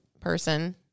person